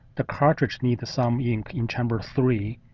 the cartridge needs some ink in chamber three,